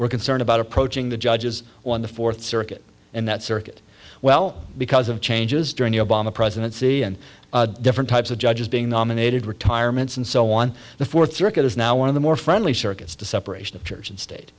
were concerned about approaching the judges on the fourth circuit and that circuit well because of changes during the obama presidency and different types of judges being nominated retirements and so on the fourth circuit is now one of the more friendly circuits to separation of church and state